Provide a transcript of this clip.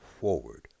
forward